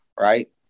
right